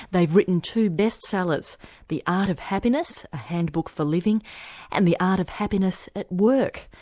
they've written two bestsellers the art of happiness a handbook for living and the art of happiness at work.